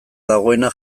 dagoena